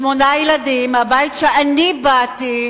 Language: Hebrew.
שמונה ילדים, הבית שאני באתי